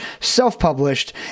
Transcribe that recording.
self-published